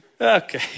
Okay